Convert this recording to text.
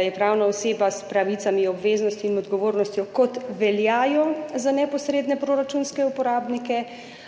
je pravna oseba s pravicami, obveznostmi in odgovornostjo, kot veljajo za neposredne proračunske uporabnike,